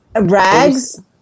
Rags